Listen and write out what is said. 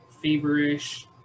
feverish